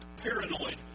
Paranoid